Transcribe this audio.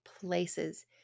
places